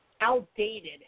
Outdated